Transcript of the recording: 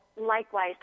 likewise